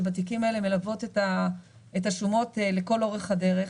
שבתיקים האלה מלוות את השומות לכל אורך הדרך.